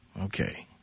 Okay